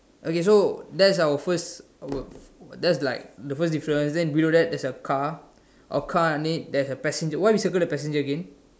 okay so that's our first our that's like the first difference then below that there's a car a car on it there's a passenger why we circle the passenger again